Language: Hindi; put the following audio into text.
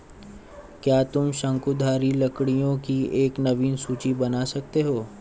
क्या तुम शंकुधारी लकड़ियों की एक नवीन सूची बना सकते हो?